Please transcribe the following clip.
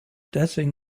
deswegen